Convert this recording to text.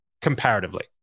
comparatively